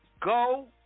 go